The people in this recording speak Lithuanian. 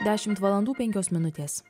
dešimt valandų penkios minutės